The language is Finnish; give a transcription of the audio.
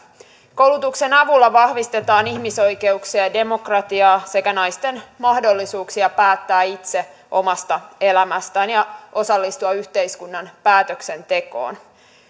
koulutuksen avulla vahvistetaan ihmisoikeuksia ja demokratiaa sekä naisten mahdollisuuksia päättää itse omasta elämästään ja osallistua yhteiskunnan päätöksentekoon